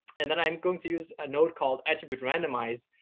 and then i'm going to use a node called attribute randomize,